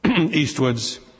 eastwards